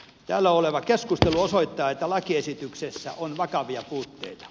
täällä oleva keskustelu osoittaa että lakiesityksessä on vakavia puutteita